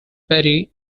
perry